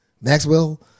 Maxwell